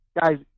guys